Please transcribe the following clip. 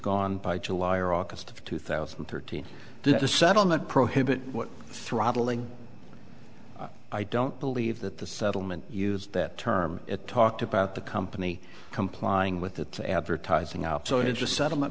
gone by july or august of two thousand and thirteen the settlement prohibit throttling i don't believe that the settlement used that term it talked about the company complying with the advertising out so it's just settlement